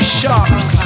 shops